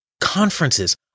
Conferences